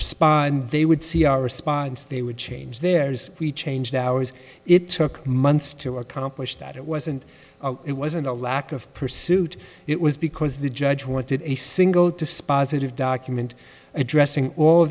respond they would see our response they would change their ears we changed ours it took months to accomplish that it wasn't it wasn't a lack of pursuit it was because the judge wanted a single dispositive document addressing all